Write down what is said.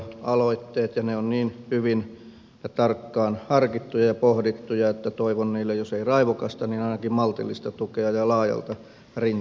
ne ovat niin hyvin ja tarkkaan harkittuja ja pohdittuja että toivon niille jos ei raivokasta niin ainakin maltillista tukea laajalta rintamalta